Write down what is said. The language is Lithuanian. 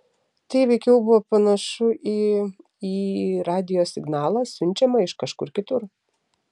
tai veikiau buvo panašu į į radijo signalą siunčiamą iš kažkur kitur